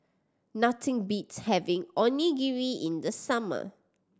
nothing beats having Onigiri in the summer